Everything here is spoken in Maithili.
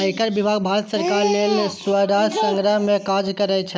आयकर विभाग भारत सरकार लेल राजस्व संग्रह के काज करै छै